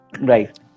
Right